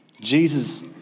Jesus